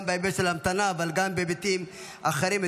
גם בהיבט של המתנה אבל גם בהיבטים אחרים.